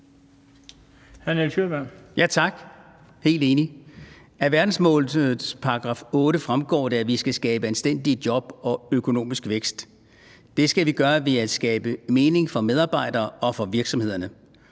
(RV): Tak. Jeg er helt enig. Af verdensmålenes § 8 fremgår det, at vi skal skabe anstændige job og økonomisk vækst. Det skal vi gøre ved at skabe mening for medarbejdere og for virksomhederne,